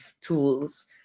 tools